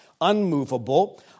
unmovable